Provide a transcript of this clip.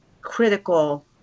critical